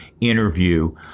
interview